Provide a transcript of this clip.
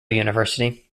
university